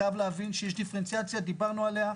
חייב להבין שיש דיפרנציאציה כפי שדיברנו עליה.